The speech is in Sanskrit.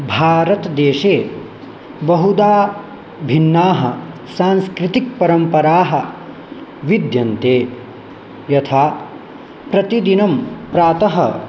भारतदेशे बहुधा भिन्नाः सांस्कृतिकपरम्पराः विद्यन्ते यथा प्रतिदिनं प्रातः